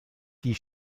die